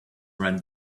ran